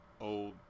old